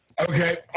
Okay